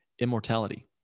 immortality